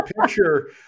picture